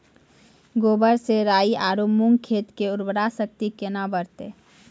गोबर से राई आरु मूंग खेत के उर्वरा शक्ति केना बढते?